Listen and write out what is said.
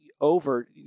over